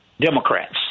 Democrats